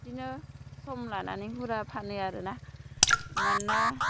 बिदिनो सम लानानै हुरा फानो आरो ना मानोना